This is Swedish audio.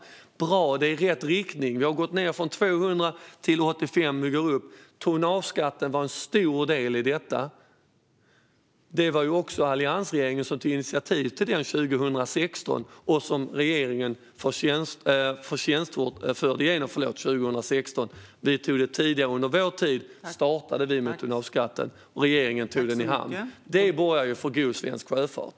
Det är bra och i rätt riktning. Vi har gått ned från 200 till 85 men nu går vi upp. Tonnageskatten var en stor del i detta. Det var alliansregeringen som tog initiativ till den, och regeringen drev förtjänstfullt igenom den 2016. Under vår tid startade vi med tonnageskatten, och regeringen tog den i hamn. Det borgar för god svensk sjöfart.